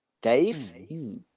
Dave